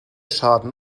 schaden